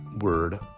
word